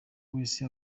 wese